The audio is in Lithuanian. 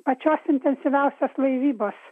pačios intensyviausios laivybos